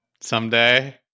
Someday